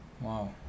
wow